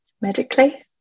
medically